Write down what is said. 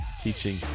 teaching